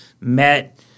met